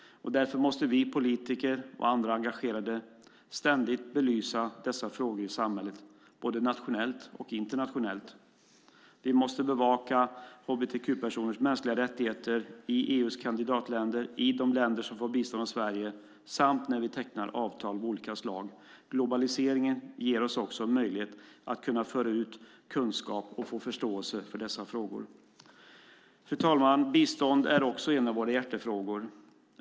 Därför måste både vi politiker och andra engagerade ständigt belysa dessa frågor i samhället både nationellt och internationellt. Vi måste bevaka hbtq-personers mänskliga rättigheter i EU:s kandidatländer och i de länder som får bistånd av Sverige samt när vi tecknar avtal av olika slag. Globaliseringen ger oss också en möjlighet att kunna föra ut kunskap och få förståelse för dessa frågor. Fru talman! Bistånd är en av våra hjärtefrågor.